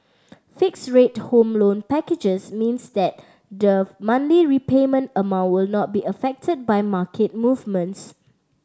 fixed rate Home Loan packages means that the monthly repayment amount will not be affected by market movements